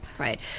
right